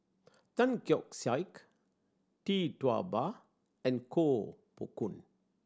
Tan Keong Saik Tee Tua Ba and Koh Poh Koon